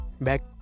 back